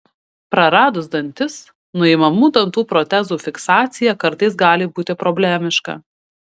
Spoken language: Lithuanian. praradus dantis nuimamų dantų protezų fiksacija kartais gali būti problemiška